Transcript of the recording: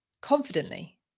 confidently